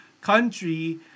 country